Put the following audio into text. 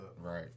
right